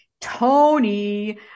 Tony